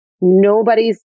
nobody's